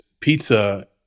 Pizza